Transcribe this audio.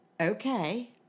okay